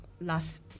last